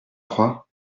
crois